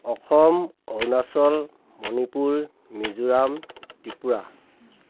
Assam Arunachal Manipur Mizoram Tripura